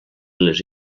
les